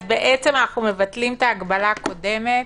אז אנחנו מבטלים את ההגבלה הקודמת